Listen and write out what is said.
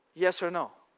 yes or no?